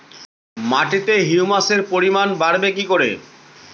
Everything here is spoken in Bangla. মাটিতে হিউমাসের পরিমাণ বারবো কি করে?